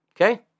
Okay